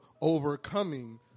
overcoming